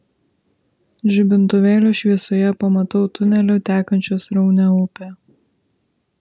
žibintuvėlio šviesoje pamatau tuneliu tekančią sraunią upę